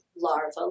larva